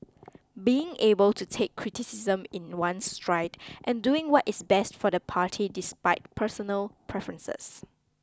being able to take criticism in one's stride and doing what is best for the party despite personal preferences